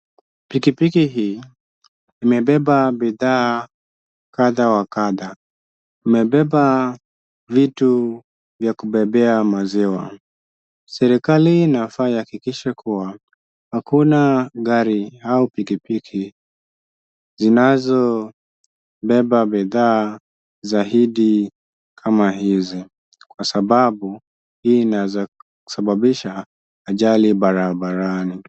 Pikipiki hii imebeba bidhaa kadha wa kadha, imebeba vitu vya kubebea maziwa. Serikali inafaa ihakikishe kuwa hakuna gari au pikipiki zinazobeba bidhaa zaidi kama hizi, kwa sababu hii inaweza sababisha ajali barabarani.